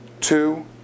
Two